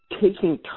taking